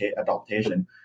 adaptation